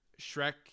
Shrek